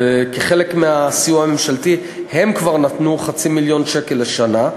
וכחלק מהסיוע הממשלתי הם כבר נתנו חצי מיליון שקלים לשנה.